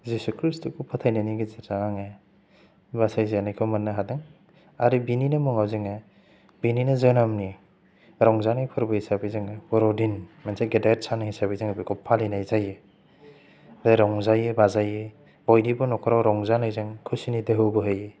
जिसु ख्रीष्टखौ फोथायनायनि गेजेरजों आङो बासायजानायखौ मोन्नो हादों आरो बेनिनो मुङाव जोङो बेनिनो जोनोमनि रंजानाय फोरबो हिसाबै जोङो बर'दिन मोनसे गेदेर सान हिसाबै जोङो बेखौ फालिनाय जायो रंजायो बाजायो बयनिबो न'खराव रंजानायजों खुसिनि दोहौ बोहैहोयो